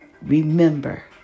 remember